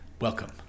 welcome